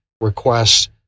requests